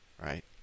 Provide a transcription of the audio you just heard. Right